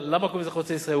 למה קוראים לזה חוצה-ישראל?